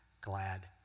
glad